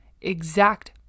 exact